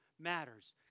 matters